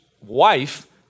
wife